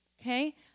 Okay